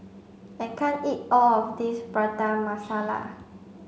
I can't eat all of this Prata Masala